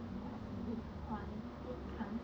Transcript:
很多东西都很便宜 leh